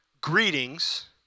Greetings